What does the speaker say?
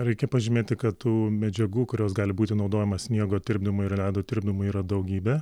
reikia pažymėti kad tų medžiagų kurios gali būti naudojamas sniego tirpdymo ir ledo tirpdymui yra daugybė